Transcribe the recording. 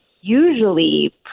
usually